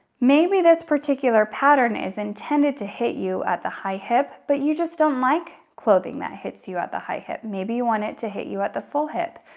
maybe this particular pattern is intended to hit you at the high hip, but you just don't like clothing that hits you at the high hip, maybe you want it to hit you at the full hip,